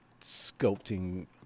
sculpting